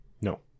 No